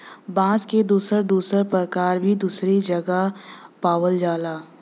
बांस क दुसर दुसर परकार भी दुसरे जगह पावल जाला